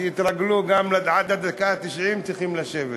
שיתרגלו, עד הדקה התשעים צריכים לשבת.